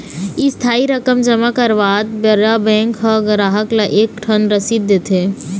इस्थाई रकम जमा करवात बेरा बेंक ह गराहक ल एक ठन रसीद देथे